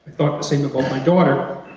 thought the same about my daughter.